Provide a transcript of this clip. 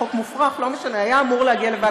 חוק מופרך, לא משנה, היה אמור להגיע לוועדת החוקה.